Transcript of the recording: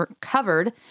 covered